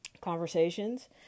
conversations